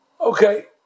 Okay